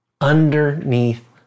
underneath